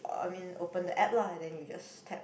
um I mean open the app lah and then you just tap